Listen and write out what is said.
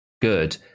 good